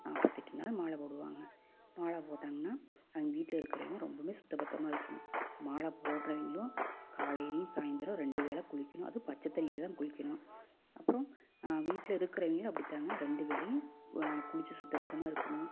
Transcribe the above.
நாற்பத்தெட்டு நாள் மாலை போடுவாங்க மாலை போட்டாங்கன்னா அவங்க வீட்டில் இருக்கிறவிங்க ரொம்பமே சுத்த பத்தமாக இருக்கணும் மாலை போடுறவிங்களும் காலைலையும் சாய்ந்தரம் ரெண்டு வேள குளிக்கணும் அதுவும் பச்சை தண்ணியில தான் குளிக்கணும் அப்புறோம் வீட்டில் இருக்கிறவிங்களும் அப்படி தாங்க ரெண்டு வேளையும் குளிச்சு சுத்த பத்தமாக இருக்கணும்